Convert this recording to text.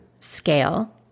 scale